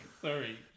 Sorry